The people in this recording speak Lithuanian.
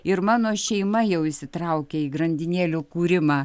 ir mano šeima jau įsitraukė į grandinėlių kūrimą